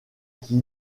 qui